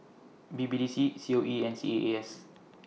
B B D C C O E and C A A S